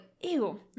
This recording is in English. ew